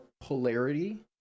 polarity